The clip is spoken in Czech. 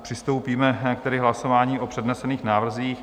Přistoupíme tedy k hlasování o přednesených návrzích.